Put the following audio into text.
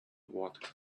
water